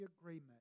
agreement